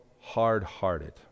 hard-hearted